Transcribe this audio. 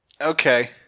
Okay